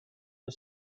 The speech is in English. the